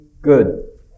good